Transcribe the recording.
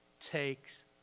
takes